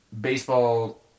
baseball